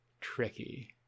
tricky